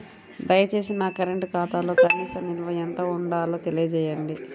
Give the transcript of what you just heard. దయచేసి నా కరెంటు ఖాతాలో కనీస నిల్వ ఎంత ఉండాలో తెలియజేయండి